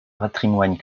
patrimoine